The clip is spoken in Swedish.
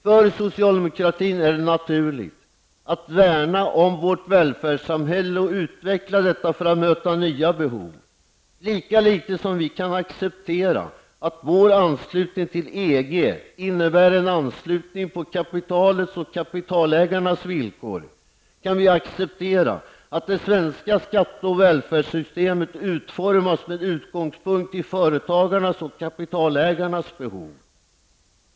För socialdemokratin är det naturligt att värna om vårt välfärdssamhälle och utveckla detta för att möta nya behov. Lika litet som vi kan acceptera att vår anslutning till EG innebär en anslutning på kapitalets och kapitalägarnas villkor kan vi acceptera att det svenska skatte och välfärdssystemet utformas med utgångspunkt i företagarnas och kapitalägarnas behov.